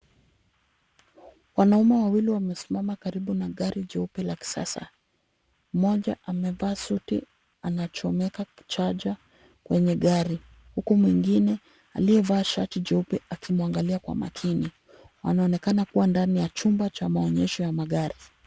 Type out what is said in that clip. Wanaume wawili wamesimama karibu na gari jeupe la kisasa. Mmoja amevaa suti anachomeka chaja kwenye gari huku mwingine aliyevaa shati jeupe akimwangalia kwa makini. Wanaonekana kuwa ndani ya chumba cha maonyesho ya magari.